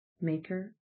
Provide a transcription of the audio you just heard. maker